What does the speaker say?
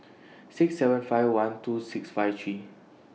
six seven five one two six five three